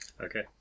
Okay